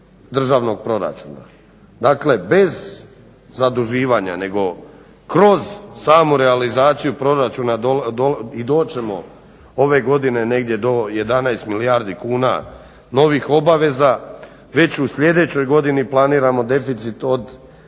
državnog proračuna, dakle bez zaduživanja nego kroz samu realizaciju proračuna i doći ćemo ove godine negdje do 11 milijardi kuna novih obaveza. Već u sljedećoj godini planiramo deficit od